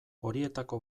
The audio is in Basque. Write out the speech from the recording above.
horietako